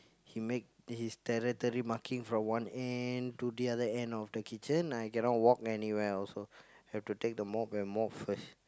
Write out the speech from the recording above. he make his territory marking from one end to the other end of the kitchen I cannot walk anywhere also have to take the mop and mop first